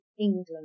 England